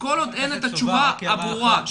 כל עוד אין תשובה ברורה --- חבר הכנסת סובה,